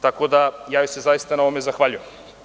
Tako da joj se zaista na ovome zahvaljujem.